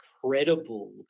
credible